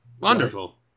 Wonderful